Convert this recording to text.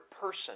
person